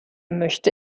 möchte